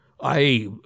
I